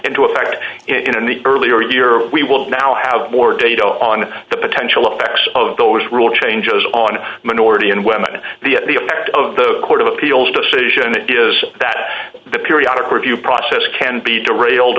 into effect in the earlier year of we will now have more data on the potential effects of those rule changes on minority and women the at the effect of the court of appeals decision is that the periodic review process can be derailed